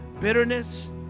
bitterness